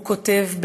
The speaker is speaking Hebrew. הוא כותב,